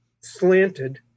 slanted